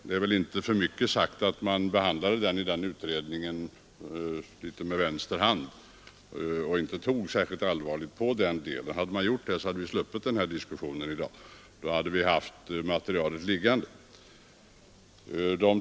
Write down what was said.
Det är inte för mycket sagt att man behandlat den litet med vänster hand och inte tog allvarligt på den. Hade man gjort det hade vi sluppit denna diskussion i dag och haft materialet liggande.